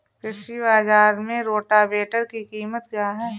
कृषि बाजार में रोटावेटर की कीमत क्या है?